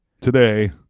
Today